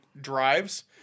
drives